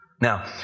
Now